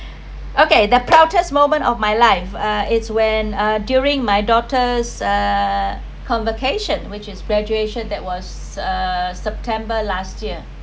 okay the proudest moment of my life uh is when uh during my daughter’s uh convocation which is graduation that was uh september last year